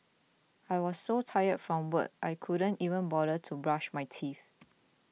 I was so tired from work I couldn't even bother to brush my teeth